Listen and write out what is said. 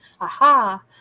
aha